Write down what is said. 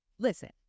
Listen